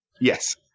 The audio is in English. yes